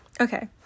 okay